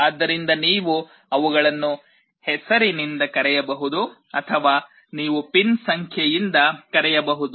ಆದ್ದರಿಂದ ನೀವು ಅವುಗಳನ್ನು ಹೆಸರಿನಿಂದ ಕರೆಯಬಹುದು ಅಥವಾ ನೀವು ಪಿನ್ ಸಂಖ್ಯೆಯಿಂದ ಕರೆಯಬಹುದು